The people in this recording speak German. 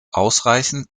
ausreichend